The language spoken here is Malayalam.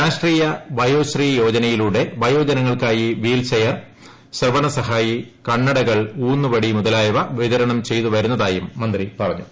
രാഷ്ട്രീയ വയോശ്രീ യോജനയിലൂടെ വയോജനങ്ങൾക്കായി വീൽചെയർ ശ്രവണസഹായി കണ്ണടകൾ ഉൌന്നുവടി മുതലായവ വിതരണം ചെയ്തുവരുന്നതായും മന്ത്രി പറഞ്ഞു